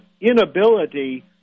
inability